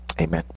Amen